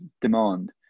demand